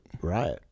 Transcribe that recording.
Right